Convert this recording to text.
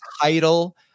title